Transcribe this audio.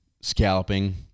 Scalloping